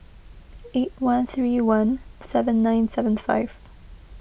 eight one three one seven nine seven five